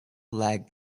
leg